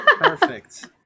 Perfect